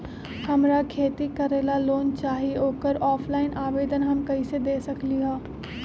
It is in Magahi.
हमरा खेती करेला लोन चाहि ओकर ऑफलाइन आवेदन हम कईसे दे सकलि ह?